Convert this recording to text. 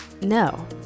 No